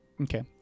Okay